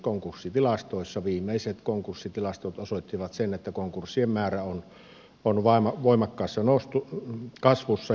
viimeiset konkurssitilastot osoittivat sen että konkurssien määrä on voimakkaassa kasvussa